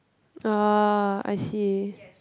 oh I see